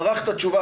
מרח את התשובה,